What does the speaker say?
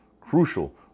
crucial